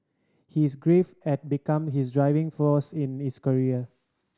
his grief had become his driving force in his career